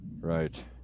Right